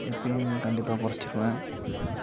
இப்போயும் கண்டிப்பாக குறைச்சிருவேன்